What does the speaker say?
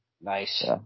nice